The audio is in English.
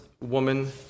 woman